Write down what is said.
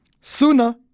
Sooner